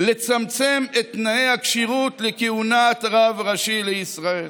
לצמצם את תנאי הכשירות לכהונת רב ראשי לישראל.